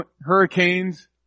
hurricanes